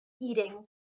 eating